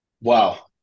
Wow